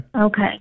Okay